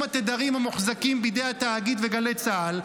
התדרים המוחזקים בידי התאגיד וגלי צה"ל,